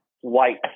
white